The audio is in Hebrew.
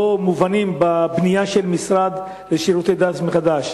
מובנים בבנייה של המשרד לשירותי דת מחדש.